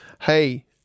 Hey